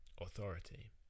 Authority